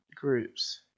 groups